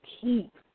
keep